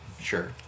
sure